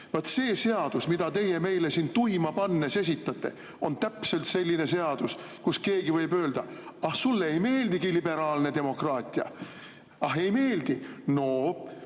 see seadus, mida teie meile siin tuima pannes esitlete, on täpselt selline seadus, mille puhul keegi võib öelda: "Ah sulle ei meeldigi liberaalne demokraatia? Ei meeldi?" No